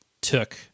took